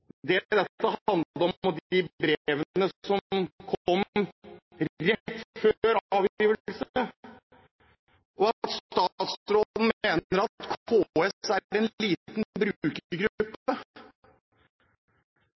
det dette handler om, og de brevene som kom rett før avgivelse. Statsråden mener at KS er en liten